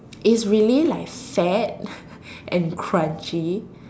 is really like fat and crunchy